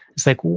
it's like,